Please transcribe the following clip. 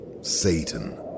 Satan